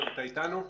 איתנו?